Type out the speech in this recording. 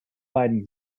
beiden